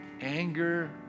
anger